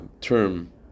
term